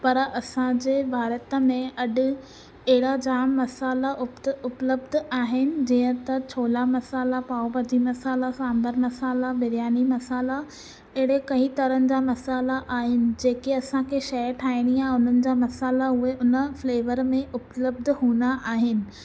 पर असांजे भारत में अॼु एॾा जाम मसाल्हा उपत उपलब्ध आहिनि जीअं त छोला मसाल्हा पाव भाॼी मसाल्हा सांभर मसाल्हा बिरयानी मसाल्हा एॾे कई तरहनि जा मसाल्हा आहिनि जेके असांखे शइ ठाहिणी आहे उन्हनि जा मसाल्हा उहे उन फ्लेवर में उपलब्ध हूंदा आहिनि